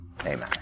amen